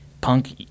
Punk